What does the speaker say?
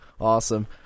Awesome